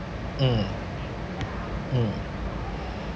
mm mm